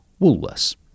Woolworths